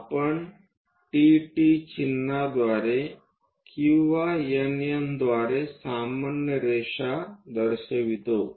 आपण TT चिन्हाद्वारे किंवा NN द्वारे सामान्य रेषा दर्शवितो